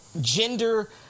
gender